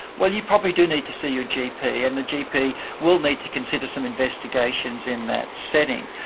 well, you probably do need to see your gp and the gp will need to consider some investigations in that setting.